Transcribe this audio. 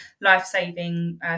life-saving